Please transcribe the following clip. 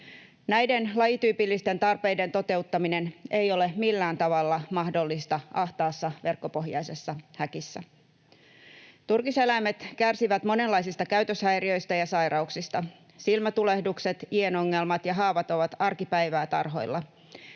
Näiden lajityypillisten tarpeiden toteuttaminen ei ole millään tavalla mahdollista ahtaassa verkkopohjaisessa häkissä. Turkiseläimet kärsivät monenlaisista käytöshäiriöistä ja sairauksista. Silmätulehdukset, ienongelmat ja haavat ovat arkipäivää tarhoilla.